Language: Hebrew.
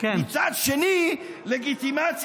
חוק להסדרת מגורים,